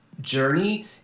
journey